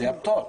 זה הפטור.